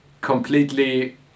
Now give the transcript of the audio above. completely